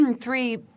three